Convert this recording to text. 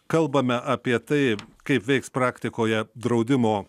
kalbame apie tai kaip veiks praktikoje draudimo